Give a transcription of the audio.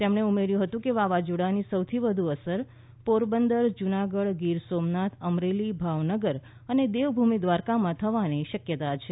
તેમણે ઉમેર્યું હતું કે વાવાઝોડાની સૌથી વધુ અસર પોરબંદર જુનાગઢ ગિરસોમનાથ અમરેલી ભાવનગર અને દેવભૂમિ દ્વારકામાં થવાની શકયતા છે